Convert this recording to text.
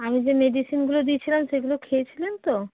আমি যে মেডিসিনগুলো দিয়েছিলাম সেগুলো খেয়েছিলেন তো